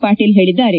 ಪಾಟೀಲ್ ಹೇಳಿದ್ದಾರೆ